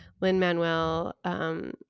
Lin-Manuel